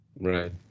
Right